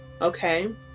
okay